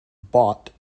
bought